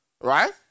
Right